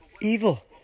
evil